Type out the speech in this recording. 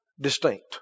distinct